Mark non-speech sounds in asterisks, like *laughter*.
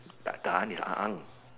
*noise* is *noise*